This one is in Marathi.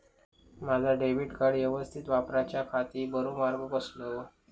माजा डेबिट कार्ड यवस्तीत वापराच्याखाती बरो मार्ग कसलो?